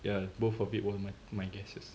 ya both of it wasn't my guesses